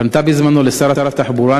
פנתה בזמנו לשר התחבורה,